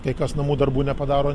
kai kas namų darbų nepadaro